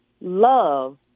love